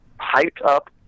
hyped-up